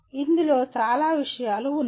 ఇందులో చాలా విషయాలు ఉన్నాయి